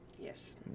Yes